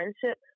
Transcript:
friendship